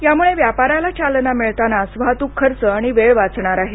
यामुळ व्यापाराला चालना मिळतानाच वाहतूक खर्च आणि वेळ वाचणार आहे